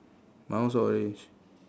my one also orange